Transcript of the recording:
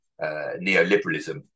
neoliberalism